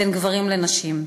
בין גברים לנשים,